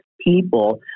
people